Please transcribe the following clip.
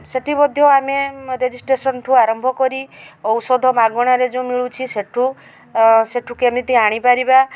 ସେଇଠି ମଧ୍ୟ ଆମେ ରେଜିଷ୍ଟେସନ୍ ଠୁ ଆରମ୍ଭ କରି ଔଷଧ ମାଗଣାରେ ଯେଉଁ ମିଳୁଛି ସେଇଠୁ ସେଇଠୁ କେମିତି ଆଣି ପାରିବା